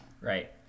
right